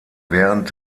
während